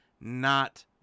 not-